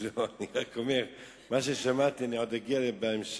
לא, אני רק אומר, למה ששמעתי אני עוד אגיע בהמשך.